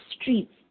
streets